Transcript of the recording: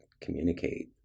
communicate